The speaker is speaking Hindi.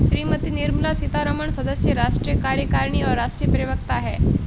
श्रीमती निर्मला सीतारमण सदस्य, राष्ट्रीय कार्यकारिणी और राष्ट्रीय प्रवक्ता हैं